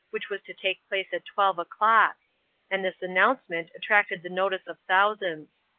which was to take place at twelve o'clock and this announcement attracted the notice of thousands.